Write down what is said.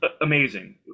amazing